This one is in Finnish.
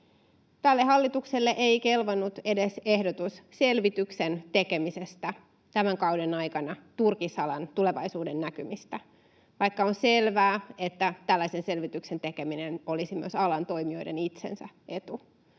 hallitukselle ei kelvannut edes ehdotus selvityksen tekemisestä tämän kauden aikana turkisalan tulevaisuudennäkymistä, vaikka on selvää, että tällaisen selvityksen tekeminen olisi myös alan toimijoiden itsensä etu.